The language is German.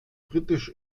britisch